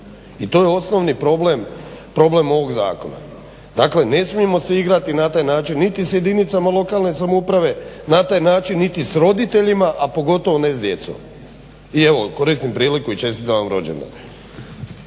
I to je osnovni problem, problem ovog zakona. Dakle, ne smijemo se igrati na taj način niti s jedinicama lokalne samouprave, na taj način niti sa roditeljima, a pogotovo ne s djecom. I evo, koristim priliku i čestitam vam rođendan.